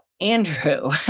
Andrew